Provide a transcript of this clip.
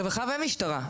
רווחה ומשטרה?